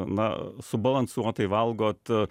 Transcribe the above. na subalansuotai valgot